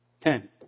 Ten